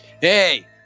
Hey